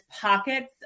pockets